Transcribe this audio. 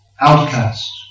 outcast